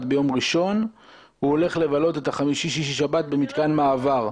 ביום ראשון הוא הולך לבלות חמישי שישי שבת במתקן מעבר.